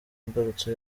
imbarutso